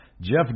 Jeff